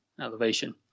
elevation